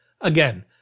Again